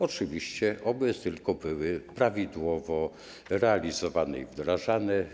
Oczywiście oby tylko były prawidłowo realizowane i wdrażane.